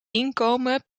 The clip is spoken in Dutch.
inkomen